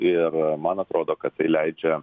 ir man atrodo kad tai leidžia